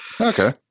okay